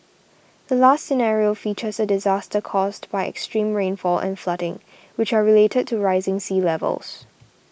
the last scenario features a disaster caused by extreme rainfall and flooding which are related to rising sea levels